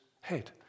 head